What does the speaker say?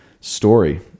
story